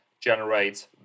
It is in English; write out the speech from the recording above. generate